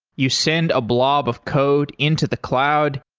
you send a blob of code into the cloud,